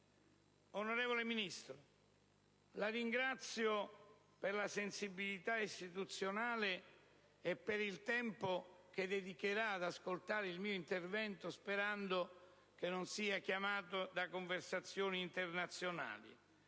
Onorevole Ministro, la ringrazio per la sensibilità istituzionale e per il tempo che dedicherà ad ascoltare il mio intervento, sperando non sia impegnato in conversazioni internazionali.